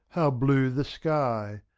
how blue the sky!